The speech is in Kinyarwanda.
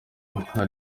nka